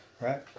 Right